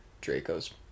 Draco's